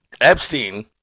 Epstein